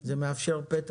זה מאפשר פתח.